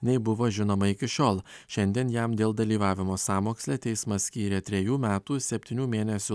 nei buvo žinoma iki šiol šiandien jam dėl dalyvavimo sąmoksle teismas skyrė trejų metų septynių mėnesių